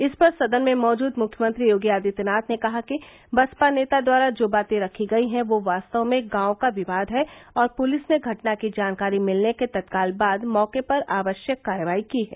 इस पर सदन में मौजूद मुख्यमंत्री योगी आदित्यनाथ ने कहा कि बसपा नेता द्वारा जो बातें रखी गयी हैं वह वास्तव में गांव का विवाद है और पुलिस ने घटना की जानकारी मिलने के तत्काल बाद मौके पर आवश्यक कार्यवाही की है